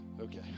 Okay